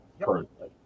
Currently